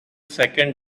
second